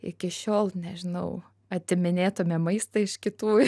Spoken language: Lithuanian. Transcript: iki šiol nežinau atiminėtųme maistą iš kitų